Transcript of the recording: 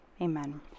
Amen